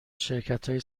شرکتهایی